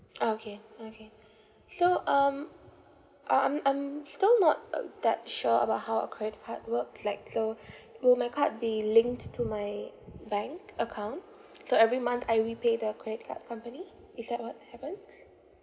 ah okay okay so um I um um still not um that sure about how a credit card works like so will my card be linked to my bank account so every month I repay the credit card company is that what happens